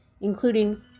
including